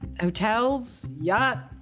hotels, yacht.